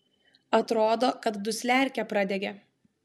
atrodo kad dusliarkė pradegė